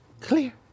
Clear